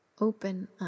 open